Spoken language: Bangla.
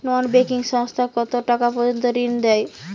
নন ব্যাঙ্কিং সংস্থা কতটাকা পর্যন্ত ঋণ দেয়?